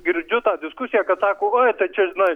girdžiu tą diskusiją kad sako uoj tai čia žinai